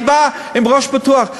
אני בא עם ראש פתוח,